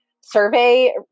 survey